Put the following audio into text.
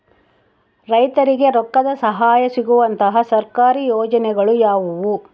ರೈತರಿಗೆ ರೊಕ್ಕದ ಸಹಾಯ ಸಿಗುವಂತಹ ಸರ್ಕಾರಿ ಯೋಜನೆಗಳು ಯಾವುವು?